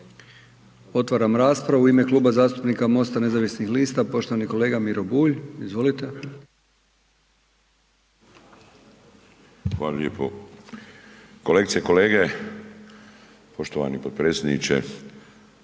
Otvaram raspravu. U ime Kluba zastupnika MOST-a nezavisnih lista, poštovani kolega Miro Bulj. Izvolite. **Bulj, Miro (MOST)** Hvala lijepo. Kolegice i kolege, poštovani potpredsjedniče,